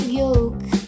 yoke